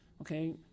okay